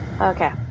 okay